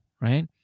right